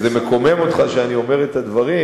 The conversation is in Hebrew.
מקומם אותך שאני אומר את הדברים,